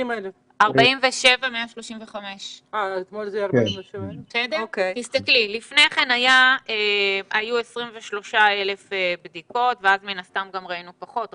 47,135. לפני כן היו 23,000 בדיקות ואז מן הסתם גם ראינו פחות,